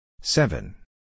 Seven